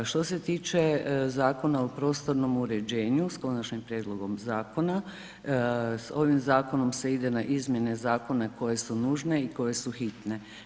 Što se tiče Zakona o prostornom uređenju s Konačnim prijedlogom zakona s ovim zakonom se ide na izmjene zakona koje su nužne i koje su hitne.